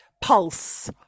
Pulse